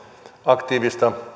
aktiivisen